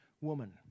woman